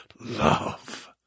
love